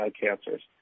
cancers